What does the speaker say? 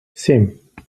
семь